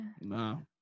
No